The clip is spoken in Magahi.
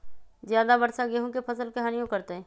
ज्यादा वर्षा गेंहू के फसल के हानियों करतै?